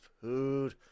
food